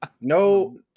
No